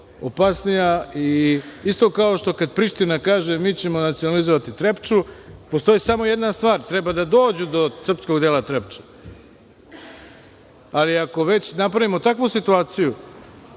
opasnija i, isto kao što kad Priština kaže – mi ćemo nacionalizovati Trepču, postoji samo jedna stvar. Treba da dođu do srpskog dela Trepče. Ali, ako već napravimo takvu situaciju